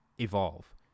evolve